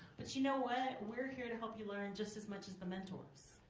but you know what? we're here to help you learn just as much as the mentors,